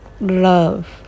love